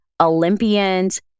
Olympians